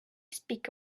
speak